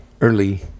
early